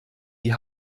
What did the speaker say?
die